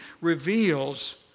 reveals